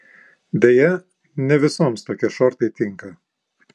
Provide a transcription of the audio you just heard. deja ne visoms tokie šortai tinka